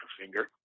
finger